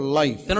life